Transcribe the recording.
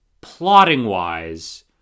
plotting-wise